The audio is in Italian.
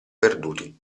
perduti